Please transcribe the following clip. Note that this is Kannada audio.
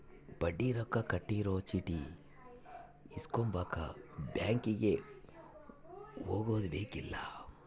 ಬಡ್ಡಿ ರೊಕ್ಕ ಕಟ್ಟಿರೊ ಚೀಟಿ ಇಸ್ಕೊಂಬಕ ಬ್ಯಾಂಕಿಗೆ ಹೊಗದುಬೆಕ್ಕಿಲ್ಲ